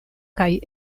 kaj